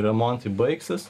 remontai baigsis